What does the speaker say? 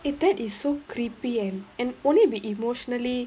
eh that is so creepy and and won't it be emotionally